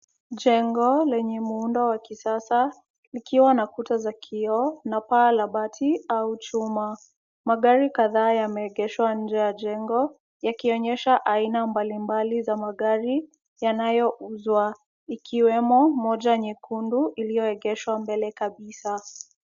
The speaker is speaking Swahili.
Jengo lenye muundo wa kisasa likiwa na kuta za kioo na paa la bati au chuma. Magari kadhaa yameegeshwa nje ya jengo, yakionyesha aina mbalimbali za magari yanayouzwa, ikiwemo moja nyekundu iliyoegeshwa mbele kabisa.